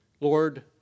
Lord